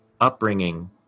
upbringing